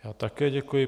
Já také děkuji.